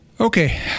Okay